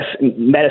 medicine